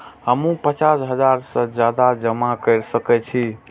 हमू पचास हजार से ज्यादा जमा कर सके छी?